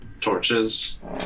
torches